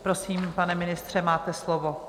Prosím, pane ministře, máte slovo.